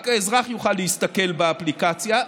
רק האזרח יוכל להסתכל באפליקציה,